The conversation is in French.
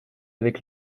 avec